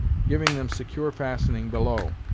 giving them secure fastening below.